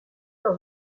dans